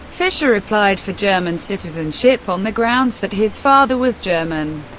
fischer applied for german citizenship on the grounds that his father was german.